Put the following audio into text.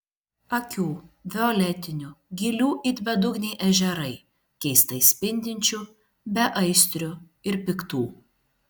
akių violetinių gilių it bedugniai ežerai keistai spindinčių beaistrių ir piktų